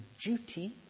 duty